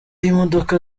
imodoka